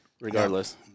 regardless